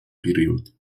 период